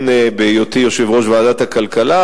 גם בהיותי יושב-ראש ועדת הכלכלה,